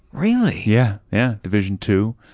really? yeah, yeah division two,